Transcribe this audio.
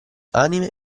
anime